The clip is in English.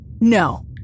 No